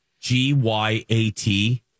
G-Y-A-T